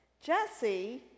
Jesse